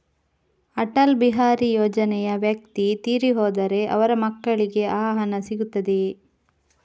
ಅಟಲ್ ಬಿಹಾರಿ ಯೋಜನೆಯ ವ್ಯಕ್ತಿ ತೀರಿ ಹೋದರೆ ಅವರ ಮಕ್ಕಳಿಗೆ ಆ ಹಣ ಸಿಗುತ್ತದೆಯೇ?